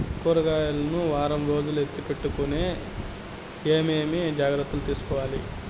కూరగాయలు ను వారం రోజులు ఎత్తిపెట్టుకునేకి ఏమేమి జాగ్రత్తలు తీసుకొవాలి?